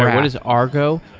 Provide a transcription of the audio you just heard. what is argo?